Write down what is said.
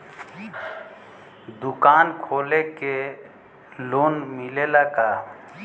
दुकान खोले के लोन मिलेला का?